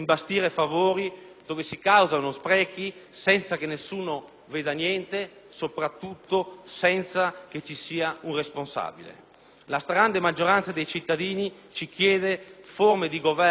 veda niente, soprattutto senza che ci sia un responsabile. La stragrande maggioranza dei cittadini ci chiede forme di governo più concrete, più vicine al territorio in cui vivono.